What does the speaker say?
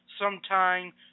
sometime